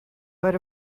but